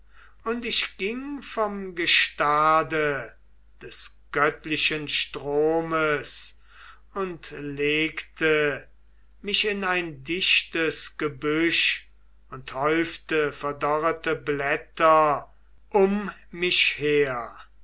und ich ging vom gestade des göttlichen stromes und legte mich in ein dichtes gebüsch und häufte verdorrete blätter um mich her